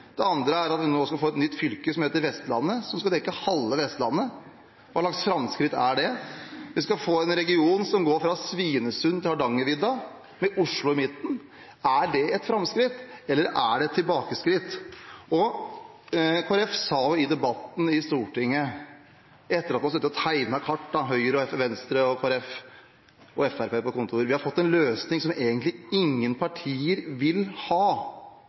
Det andre er at man nå skal få et nytt fylke som skal hete Vestlandet, og som skal dekke halve Vestlandet. Hva slags framskritt er det? Vi skal få en region som går fra Svinesund til Hardangervidda – med Oslo i midten. Er det et framskritt, eller er det et tilbakeskritt? Kristelig Folkeparti sa i debatten i Stortinget – etter at Høyre, Venstre, Kristelig Folkeparti og Fremskrittspartiet hadde sittet og tegnet kart på kontoret, at vi har fått en løsning som ingen partier egentlig vil ha.